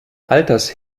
alters